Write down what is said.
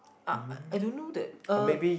uh I don't know that uh